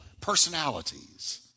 personalities